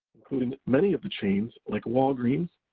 including many of the chains, like walgreens,